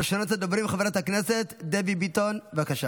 ראשונת הדוברים, חברת הכנסת דבי ביטון, בבקשה.